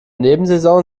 nebensaison